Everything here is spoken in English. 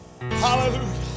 Hallelujah